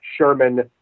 Sherman